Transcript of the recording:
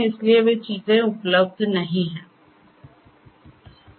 इसलिए वे चीजें उपलब्ध नहीं हैं